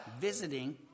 Visiting